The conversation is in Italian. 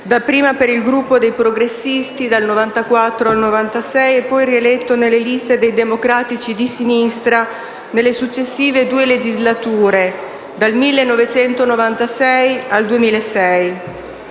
dapprima per il Gruppo dei Progressisti (dal 1994 al 1996), poi rieletto nelle liste dei Democratici di Sinistra nelle successive due legislature (dal 1996 al 2006).